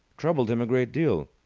troubled him a great deal.